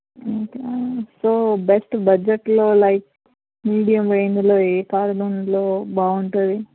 అయితే so best బడ్జెట్లో like medium రేంజ్లో ఏ కార్ లోన్లో బాగుంటుంది